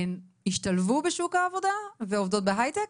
הן השתלבו בשוק העבודה ועובדות בהייטק?